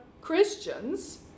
Christians